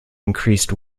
increased